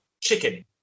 chicken